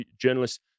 journalists